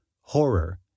horror